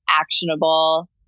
actionable